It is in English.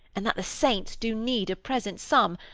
and that the saints do need a present sum,